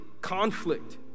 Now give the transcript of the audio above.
conflict